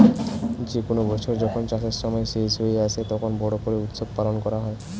যে কোনো বছর যখন চাষের সময় শেষ হয়ে আসে, তখন বড়ো করে উৎসব পালন করা হয়